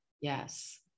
Yes